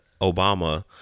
Obama